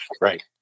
right